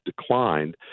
declined